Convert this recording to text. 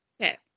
okay